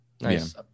Nice